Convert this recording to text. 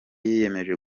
yiyemeje